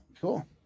cool